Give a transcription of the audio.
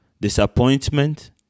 disappointment